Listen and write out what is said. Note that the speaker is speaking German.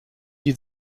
die